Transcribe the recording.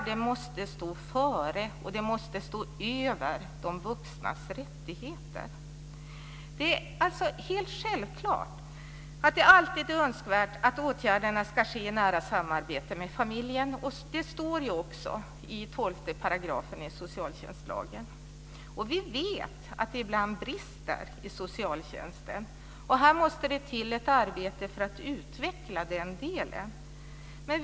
Det måste stå före och över de vuxnas rättigheter. Självklart är det alltid önskvärt att åtgärderna ska ske i nära samarbete med familjen. Det står också i 12 § i socialtjänstlagen. Vi vet att det ibland brister i socialtjänsten. Här måste det till ett arbete för att utveckla den delen.